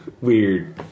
Weird